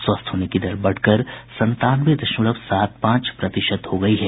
स्वस्थ होने की बढ़कर संतानवे दशमलव सात पांच प्रतिशत हो गयी है